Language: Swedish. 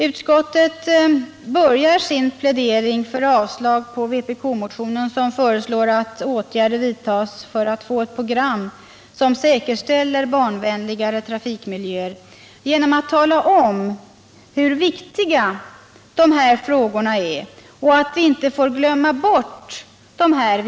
Utskottet börjar sin plädering för avslag på vpk-motionen, som föreslår att åtgärder vidtas för att få ett program som säkerställer barnvänligare trafikmiljöer, genom att tala om hur viktiga dessa frågor är och att vi inte får glömma bort dem.